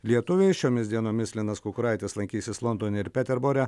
lietuviais šiomis dienomis linas kukuraitis lankysis londone ir peterbore